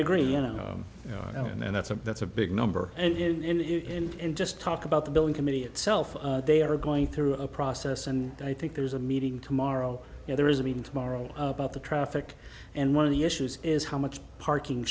know and that's a that's a big number and in and just talk about the building committee itself they are going through a process and i think there's a meeting tomorrow and there is a meeting tomorrow about the traffic and one of the issues is how much parking